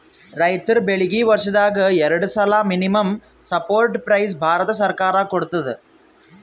ರೈತರ್ ಬೆಳೀಗಿ ವರ್ಷದಾಗ್ ಎರಡು ಸಲಾ ಮಿನಿಮಂ ಸಪೋರ್ಟ್ ಪ್ರೈಸ್ ಭಾರತ ಸರ್ಕಾರ ಕೊಡ್ತದ